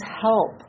help